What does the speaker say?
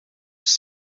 was